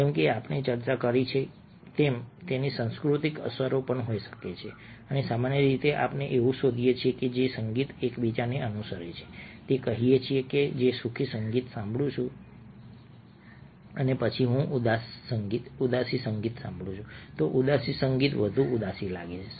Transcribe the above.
જેમ કે આપણે ચર્ચા કરી છે તેમ તેમની સાંસ્કૃતિક અસરો પણ હોઈ શકે છે અને સામાન્ય રીતે આપણે એવું શોધીએ છીએ કે જે સંગીત એક બીજાને અનુસરે છે તે કહીએ કે જો હું સુખી સંગીત સાંભળું છું અને પછી હું ઉદાસી સંગીત સાંભળું છું તો ઉદાસી સંગીત વધુ ઉદાસી લાગે છે